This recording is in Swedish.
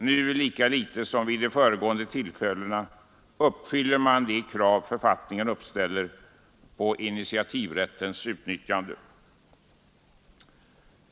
Nu lika litet som vid de föregående tillfällena uppfyller man de krav författningen uppställer på initiativrättens utnyttjande.